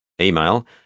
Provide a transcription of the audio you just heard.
Email